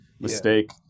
mistake